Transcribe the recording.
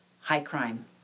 high-crime